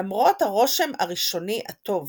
למרות הרושם הראשוני הטוב